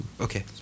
Okay